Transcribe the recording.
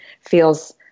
feels